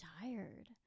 tired